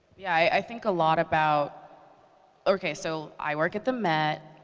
yeah, i think a lot about okay, so i work at the met.